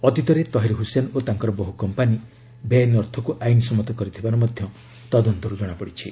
ଅତିତରେ ତହିର ହୁସେନ ଓ ତାଙ୍କର ବହୁ କମ୍ପାନୀ ବେଆଇନ୍ ଅର୍ଥକୁ ଆଇନ୍ ସମ୍ମତ କରିଥିବାର ମଧ୍ୟ ତଦନ୍ତରୁ ଜଣାପଡ଼ିଛି